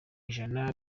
ijana